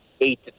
eight